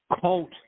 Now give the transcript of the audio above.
cult